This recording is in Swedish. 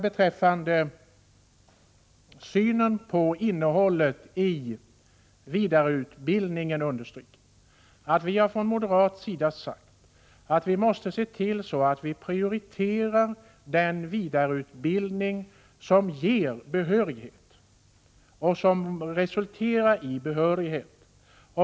Beträffande synen på innehållet i vidareutbildningen vill jag understryka att vi från moderat sida har sagt att vi måste prioritera den vidareutbildning som resulterar i att läraren får behörighet.